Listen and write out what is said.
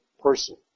person